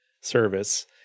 service